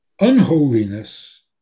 unholiness